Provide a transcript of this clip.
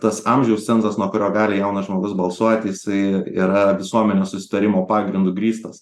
tas amžiaus cenzas nuo kurio gali jaunas žmogus balsuoti jisai yra visuomenės susitarimo pagrindu grįstas